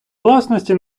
власності